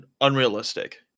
unrealistic